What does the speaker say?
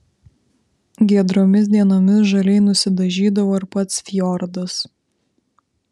giedromis dienomis žaliai nusidažydavo ir pats fjordas